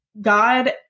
God